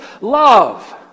love